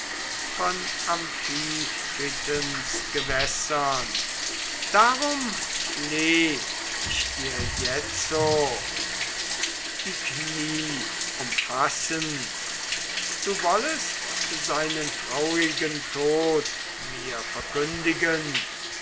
von amphitritens gewässern darum fleh ich dir jetzo die knie umfassend du wollest seinen traurigen tod mir verkündigen